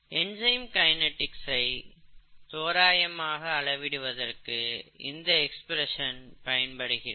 enzyme kinetics ஐ தோராயமாக அறிவதற்கு இந்த எக்ஸ்பிரஸன் பயன்படுகிறது